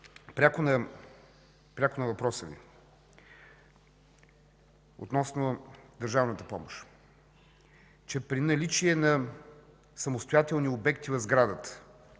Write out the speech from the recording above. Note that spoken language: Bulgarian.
Пряко на въпроса Ви относно държавната помощ, че при наличие на самостоятелни обекти в сградата,